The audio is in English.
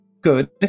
Good